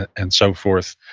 and so forth,